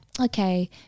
okay